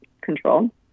control